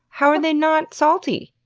how are they not salty!